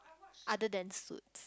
other than Suits